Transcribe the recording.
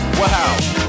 wow